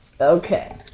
Okay